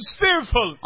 fearful